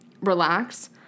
relax